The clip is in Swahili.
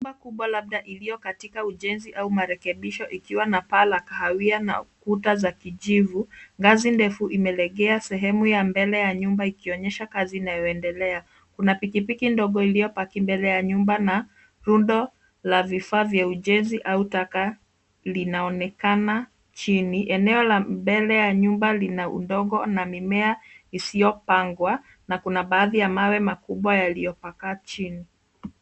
Nyumba kubwa labda iliyo katika ujenzi au marekebisho ikiwa na paa la kahawia na kuta za kijivu, ngazi ndefu imelegea sehemu ya mbele ya nyumba ikionyesha kazi inayoendelea. Kuna pikipiki ndogo iliyopaki mbele ya nyumba na rundo la vifaa vya ujenzi au taka linaonekana chini. Eneo la mbele ya nyumba lina udongo na mimea isiyopangwa, na kuna baadhi ya mawe makubwa yaliyotapakaa chini.